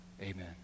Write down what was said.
Amen